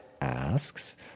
asks